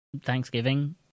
Thanksgiving